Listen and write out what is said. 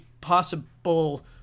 possible